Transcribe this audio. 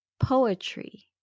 Poetry